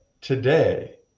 today